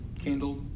candle